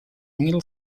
mil